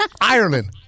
Ireland